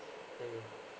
mm